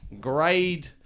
grade